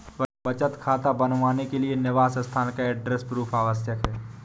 बचत खाता बनवाने के लिए निवास स्थान का एड्रेस प्रूफ आवश्यक है